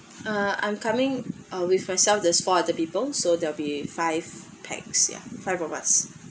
uh I'm coming uh with myself there's four other people so there'll be five pax yeah five of us